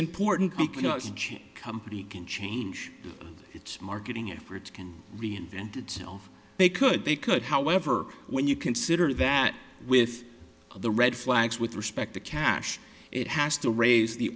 important you know each company can change its marketing efforts can reinvent itself they could they could however when you consider that with the red flags with respect to cash it has to raise the